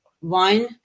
wine